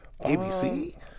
ABC